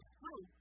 true